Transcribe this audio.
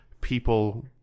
people